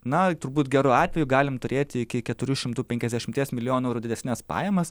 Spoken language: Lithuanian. na turbūt geru atveju galim turėti iki keturių šimtų penkiasdešimties milijonų eurų didesnes pajamas